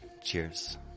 cheers